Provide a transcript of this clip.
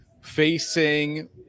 facing